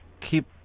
keep